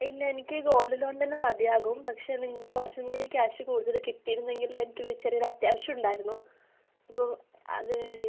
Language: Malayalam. ഇല്ല എനിക്ക് ഗോൾഡ് ലോൺ തന്നെ മതിയാകും പക്ഷേ എന്തെങ്കിലും കുറച്ചുകൂടി ക്യാഷ് കൂടുതൽ കിട്ടീയിരുന്നെങ്കില് അതുവെച്ച് എനിക്ക് കുറച്ച് അത്യാവശ്യമുണ്ടാരുന്നു അപ്പോൾ അതിനുവേണ്ടീട്ട്